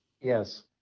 Yes